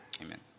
Amen